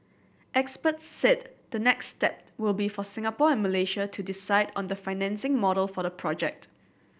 experts said the next step will be for Singapore and Malaysia to decide on the financing model for the project